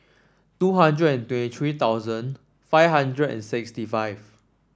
two hundred and twenty three thousand five hundred and sixty five